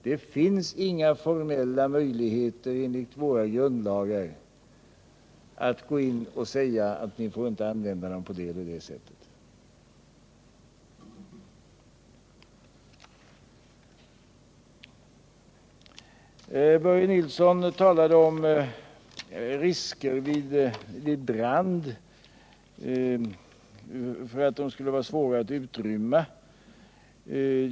Det finns inga formella möjligheter enligt våra grundlagar att gå in och säga: Ni får inte använda pengarna på det eller det sättet. Börje Nilsson talade om risker för att de nya vagnarna skulle vara svåra att utrymma vid brand.